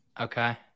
Okay